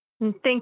Thank